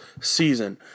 season